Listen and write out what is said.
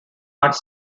arts